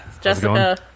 Jessica